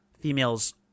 females